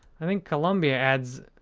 i think columbia adds,